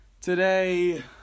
Today